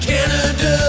Canada